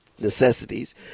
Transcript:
necessities